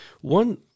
One